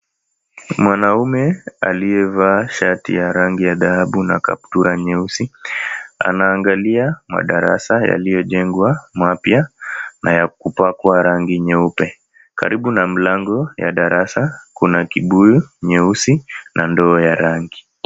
Mwanaume aliyevaa shati ya rangi ya dhahabu na kaptura nyeusi, anaangalia madarasa yaliyojengwa mapya na yakupakwa rangi nyeupe. Karibu na mlango ya darasa kuna kibuyu nyeusi na ndoo ya rangi.